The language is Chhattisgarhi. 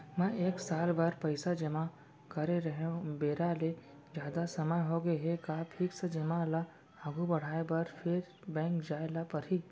मैं एक साल बर पइसा जेमा करे रहेंव, बेरा ले जादा समय होगे हे का फिक्स जेमा ल आगू बढ़ाये बर फेर बैंक जाय ल परहि?